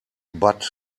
but